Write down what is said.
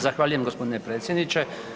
Zahvaljujem gospodine predsjedniče.